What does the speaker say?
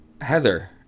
Heather